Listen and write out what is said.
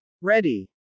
ready